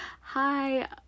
hi